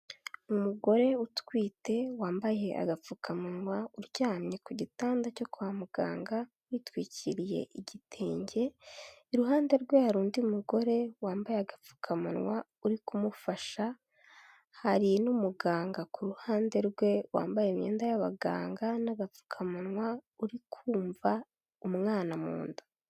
Umugore utwite, wambaye agapfukamunwa, uryamye ku gitanda cyo kwa muganga witwikiriye igitenge, iruhande rwe hari undi mugore wambaye agapfukamunwa uri kumufasha, hari n'umuganga ku ruhande rwe wambaye imyenda y'abaganga n'agapfukamunwa, uri kumva umwana mu nda.